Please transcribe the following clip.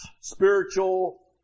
spiritual